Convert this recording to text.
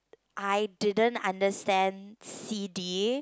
I didn't understand C_D